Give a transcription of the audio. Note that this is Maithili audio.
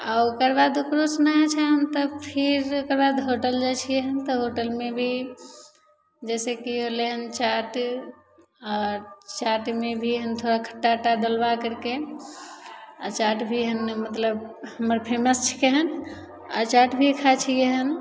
आओर ओकर बाद ओकरोसे नहि होइ छै हन तऽ फिर ओकर बाद होटल जाइ छिए हन तऽ होटलमे भी जइसेकि होलै हन चाट आओर चाटमे भी हन खट्टा ओट्टा दिलवै करिके आओर चाट भी हन मतलब हमर फेमस छिकै हन आओर चाट भी खाइ छिए हन